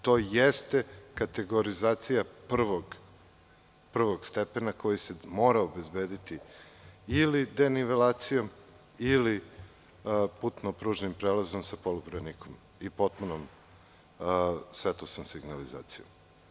To jeste kategorizacija prvog stepena koji se mora obezbediti ili denivelacijom ili putno-pružnim prelazom sa polubranikom i potpunom svetlosnom signalizacijom.